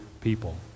people